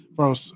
Bro